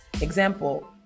example